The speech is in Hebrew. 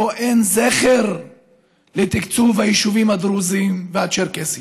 שבו אין זכר לתקצוב היישובים הדרוזיים והצ'רקסיים.